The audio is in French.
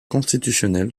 constitutionnelle